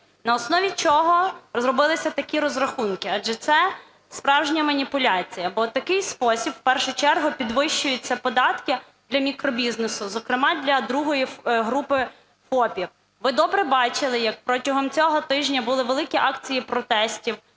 На основі чого розроблювалися такі розрахунки? Адже це справжня маніпуляція, бо в такий спосіб в першу чергу підвищуються податки для мікробізнесу, зокрема для другої групи ФОПів. Ви добре бачили, як протягом цього тижня були великі акції протестів